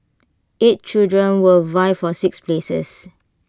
eight children will vie for six places